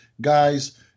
guys